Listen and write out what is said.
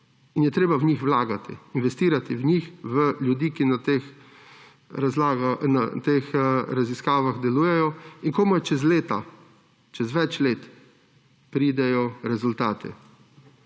in je treba v njih vlagati, investirati v njih, v ljudi, ki na teh raziskavah delujejo, in komaj čez leta, čez več let, pridejo rezultati.